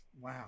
Wow